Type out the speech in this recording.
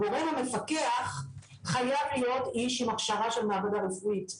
הגורם המפקח חייב להיות איש עם הכשרה של מעבדה רפואית.